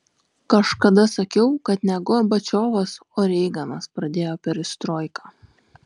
kažkada sakiau kad ne gorbačiovas o reiganas pradėjo perestroiką